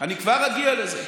אני כבר אגיע לזה.